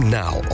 now